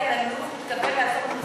לא.